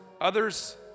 others